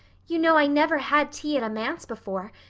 you know i never had tea at a manse before,